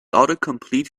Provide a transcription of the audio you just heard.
autocomplete